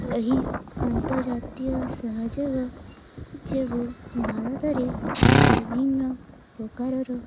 ଏହି ଅନ୍ତର୍ଜାତୀୟ ସହଯୋଗ ଯୋଗୁ ଭାରତରେ ବିଭିନ୍ନ ପ୍ରକାରର